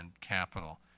capital